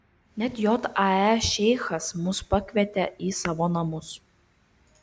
net jae šeichas mus pakvietė į savo namus